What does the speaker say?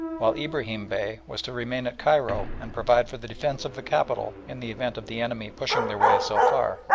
while ibrahim bey was to remain at cairo and provide for the defence of the capital in the event of the enemy pushing their way so far.